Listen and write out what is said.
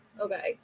Okay